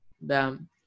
Bam